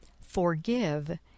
FORGIVE